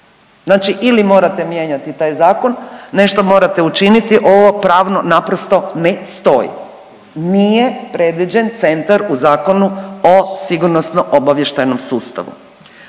Znači ili morate mijenjati taj Zakon, nešto morate učiniti, ovo pravno naprosto ne stoji. Nije predviđen Centar u Zakonu o sigurnosno-obavještajnom sustavu.